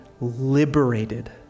liberated